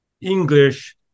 English